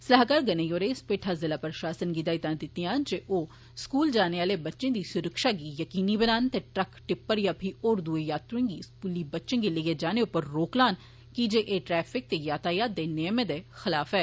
सलाहकार गनेई होरें इस पैठा ज़िला प्रशासन गी हिदायतां जारी कीतियां जे ओ स्कूल जाने आले बच्चें दी सुरक्षा गी जकीनी बनान ते ट्रक टिप्पर जां फही होर दुए यात्रुएं गी स्कूली बच्चें गी लेई जाने उप्पर रोक लान की जे एह् ट्रैफिक ते यातायात दे नियमें दे खलाफ ऐ